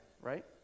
right